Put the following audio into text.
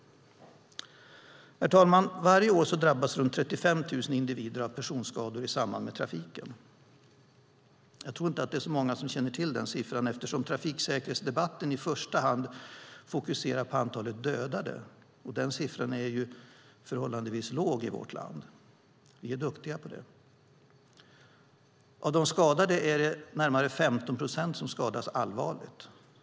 Varje år drabbas runt 35 000 individer av personskador i samband med trafiken. Jag tror att många inte känner till den siffran eftersom trafiksäkerhetsdebatten i första hand fokuserar på antalet dödade, och den siffran är ju förhållandevis låg i vårt land. Av de skadade är det närmare 15 procent som skadas allvarligt.